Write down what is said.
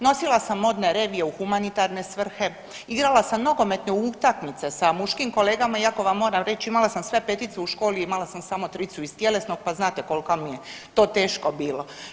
Nosila sam modne revije u humanitarne svrhe, igrala sam nogometne utakmice sa muškim kolegama iako vam moram reći imala sam sve petice u školi, imala sam samo tricu iz tjelesnog, pa znate koliko mi je to teško bilo.